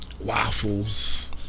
waffles